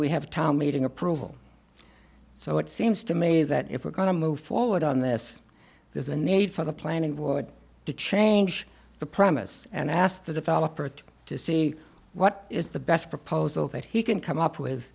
we have town meeting approval so it seems to me that if we're going to move forward on this there's a need for the planning board to change the promise and ask the developer to see what is the best proposal that he can come up with